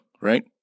right